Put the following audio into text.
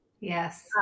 Yes